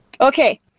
Okay